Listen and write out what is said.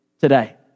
today